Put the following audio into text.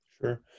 Sure